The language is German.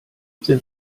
sind